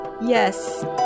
Yes